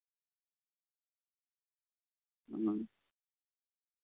ᱚ